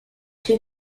two